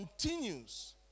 continues